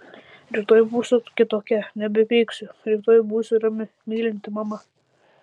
rytoj būsiu kitokia nebepyksiu rytoj būsiu rami mylinti mama